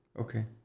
Okay